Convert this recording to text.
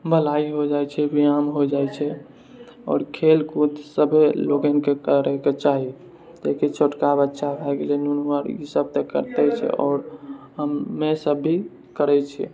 भलाइ हो जाइ छै व्यायाम हो जाइ छै आओर खेलकूद सभे लोगनके करैके चाही कियाकि छोटका बच्चा भए गेलै नुनहर ईसब तऽ करते छै आओर हमे सब भी करै छी